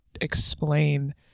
explain